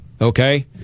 okay